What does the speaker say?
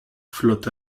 flotte